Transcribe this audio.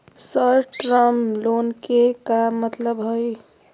Short term loan के का मतलब हई?